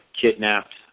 kidnapped